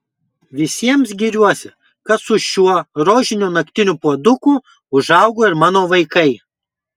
visiems giriuosi kad su šiuo rožiniu naktiniu puoduku užaugo ir mano vaikai